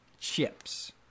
chips